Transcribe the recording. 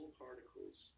particles